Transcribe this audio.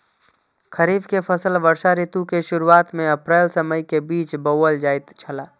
खरीफ के फसल वर्षा ऋतु के शुरुआत में अप्रैल से मई के बीच बौअल जायत छला